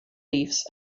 leaves